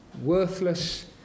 worthless